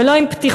ולא עם פתיחות,